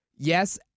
Yes